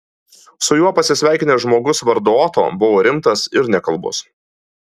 su juo pasisveikinęs žmogus vardu oto buvo rimtas ir nekalbus